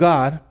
God